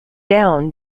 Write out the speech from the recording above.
down